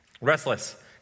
Restless